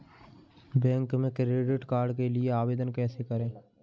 Bank में credit card के लिए आवेदन कैसे करें?